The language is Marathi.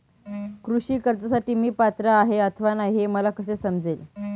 कृषी कर्जासाठी मी पात्र आहे अथवा नाही, हे मला कसे समजेल?